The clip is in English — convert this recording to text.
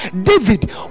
David